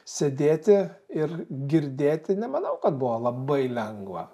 sėdėti ir girdėti nemanau kad buvo labai lengva